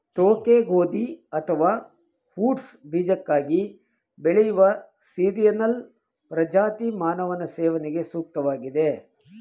ತೋಕೆ ಗೋಧಿ ಅಥವಾ ಓಟ್ಸ್ ಬೀಜಕ್ಕಾಗಿ ಬೆಳೆಯುವ ಸೀರಿಯಲ್ನ ಪ್ರಜಾತಿ ಮಾನವನ ಸೇವನೆಗೆ ಸೂಕ್ತವಾಗಿದೆ